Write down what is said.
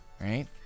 right